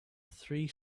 three